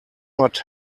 not